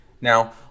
Now